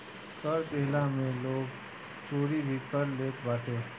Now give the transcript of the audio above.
कर देहला में लोग चोरी भी कर लेत बाटे